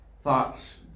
thoughts